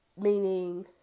meaning